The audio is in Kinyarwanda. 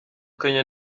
kenya